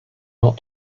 not